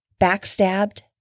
backstabbed